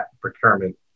procurement